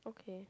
okay